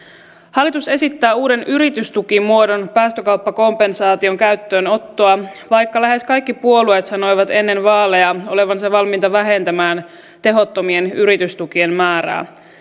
hallitus esittää uuden yritystukimuodon päästökauppakompensaation käyttöönottoa vaikka lähes kaikki puolueet sanoivat ennen vaaleja olevansa valmiita vähentämään tehottomien yritystukien määrää